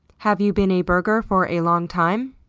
have you been a burger for a long time?